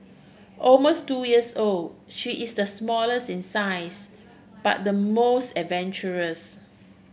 almost two years old she is the smallest in size but the most adventurous